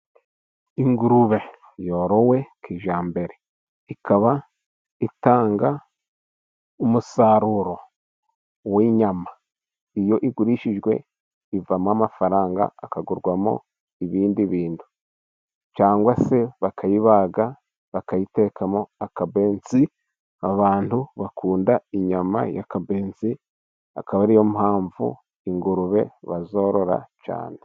Ingurube yorowe kijyambere. Ikaba itanga umusaruro w'inyama. Iyo igurishijwe ivamo amafaranga akagurwamo ibindi bintu, cyangwa se bakayibaga bakayitekamo akabenzi. Abantu bakunda inyama y'akabenzi, akaba ari yo mpamvu ingurube bazorora cyane.